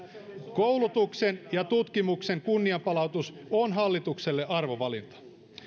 koulutuksen ja tutkimuksen kunnianpalautus on hallitukselle arvovalinta